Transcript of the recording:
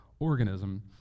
Organism